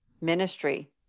ministry